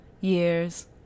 years